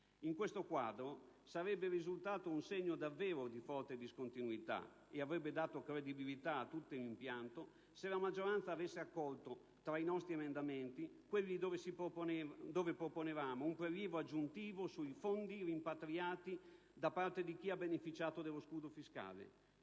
In questo quadro, sarebbe risultato un segno davvero di forte discontinuità - e avrebbe dato credibilità a tutto l'impianto - se la maggioranza avesse accolto tra i nostri emendamenti quelli in cui si proponeva un prelievo aggiuntivo sui fondi rimpatriati da chi ha beneficiato dello scudo fiscale